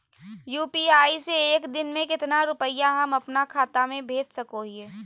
UPI से एक दिन में कितना रुपैया हम अपन खाता से भेज सको हियय?